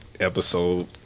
Episode